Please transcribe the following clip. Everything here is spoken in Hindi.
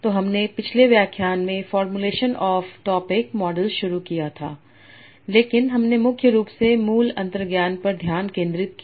तो हमने पिछले व्याख्यान में फार्मूलेशन ऑफ़ टॉपिक मॉडल्स शुरू किया था लेकिन हमने मुख्य रूप से मूल अंतर्ज्ञान पर ध्यान केंद्रित किया